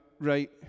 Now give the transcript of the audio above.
right